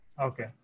Okay